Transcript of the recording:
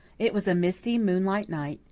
it was a misty, moonlight night,